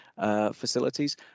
facilities